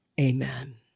Amen